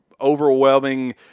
Overwhelming